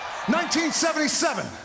1977